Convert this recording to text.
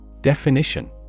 Definition